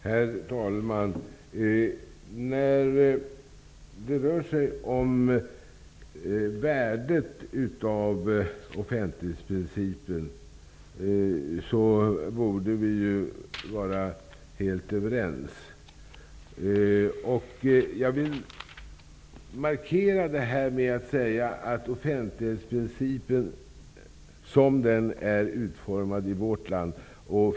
Herr talman! När det rör sig om värdet av offentlighetsprincipen borde vi vara helt överens. Jag vill markera det med att säga att offentlighetsprincipen, som den är utformad i vårt land, är grundläggande för vår svenska demokrati.